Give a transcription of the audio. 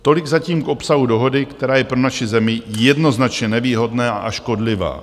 Tolik zatím k obsahu dohody, která je pro naši zemi jednoznačně nevýhodná a škodlivá.